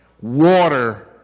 water